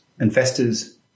investors